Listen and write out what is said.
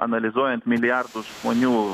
analizuojant milijardus žmonių